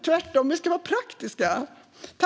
Tvärtom, vi ska vara praktiska.